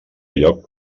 lloc